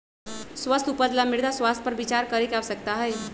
स्वस्थ उपज ला मृदा स्वास्थ्य पर विचार करे के आवश्यकता हई